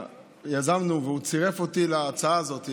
יזמנו והוא צירף אותי להצעה הזאת,